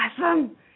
awesome